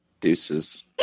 Deuces